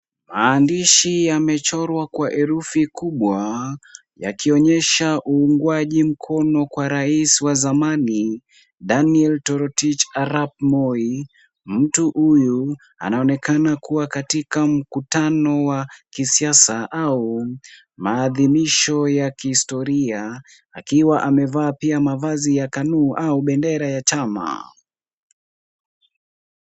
Maandishi yamechorwa kwa herufi kubwa yakionyesha uungwaji mkono kwa rais wa zamani Daniel Toroitich Arap Moi. Mtu huyu anaonekana kuwa katika mkutano wa kisiasa au maadhinisho ya kihistoria, akiwa amevaa pia mavazi ya KANU au bendera ya chama.